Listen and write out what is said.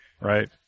Right